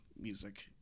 music